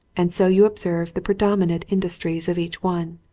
and so you observe the predominant in dustries of each one.